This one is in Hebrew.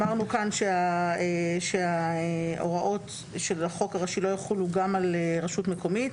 אמרנו כאן שההוראות של החוק הראשי לא יחולו גם על רשות מקומית,